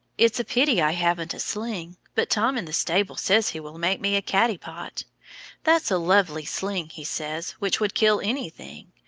it's a pity i haven't a sling, but tom in the stable says he will make me a cattypot that's a lovely sling, he says, which would kill anything.